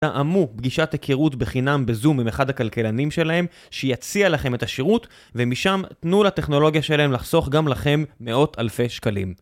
תאמו פגישת היכרות בחינם בזום עם אחד הכלכלנים שלהם שיציע לכם את השירות ומשם תנו לטכנולוגיה שלהם לחסוך גם לכם מאות אלפי שקלים